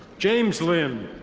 james lin.